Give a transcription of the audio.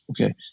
okay